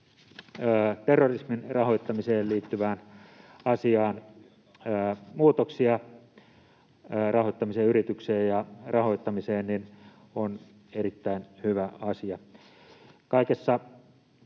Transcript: terrorismin rahoittamiseen liittyvään asiaan muutoksia, rahoittamisen yritykseen ja rahoittamiseen, on erittäin hyvä asia.